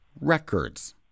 records